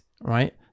right